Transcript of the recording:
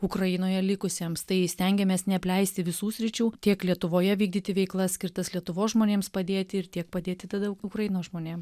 ukrainoje likusiems tai stengiamės neapleisti visų sričių tiek lietuvoje vykdyti veiklas skirtas lietuvos žmonėms padėti ir tiek padėti tada ukrainos žmonėm